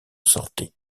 sortait